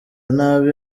nabi